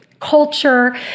culture